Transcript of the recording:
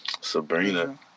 Sabrina